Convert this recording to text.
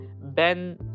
Ben